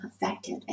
effective